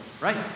Right